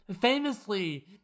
famously